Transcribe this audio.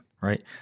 right